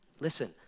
Listen